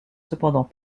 cependant